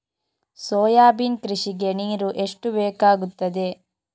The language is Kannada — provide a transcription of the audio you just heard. ಸೋಯಾಬೀನ್ ಕೃಷಿಗೆ ನೀರು ಎಷ್ಟು ಬೇಕಾಗುತ್ತದೆ?